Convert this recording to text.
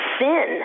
sin